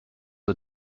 are